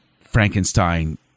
Frankenstein